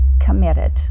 committed